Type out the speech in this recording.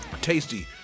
Tasty